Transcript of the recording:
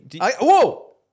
Whoa